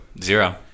Zero